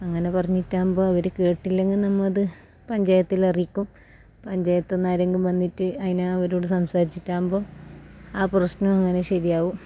അങ്ങനെ പറഞ്ഞിട്ടാകുമ്പം അവർക്ക് കേട്ടില്ലെങ്കിൽ നമ്മ അത് പഞ്ചായത്തിലറിയിക്കും പഞ്ചായത്തു നിന്ന് ആരെങ്കിലും വന്നിട്ട് അതിനെ അവരോട് സംസാരിച്ചിട്ടാകുമ്പം ആ പ്രശ്നം അങ്ങനെ ശരിയാകും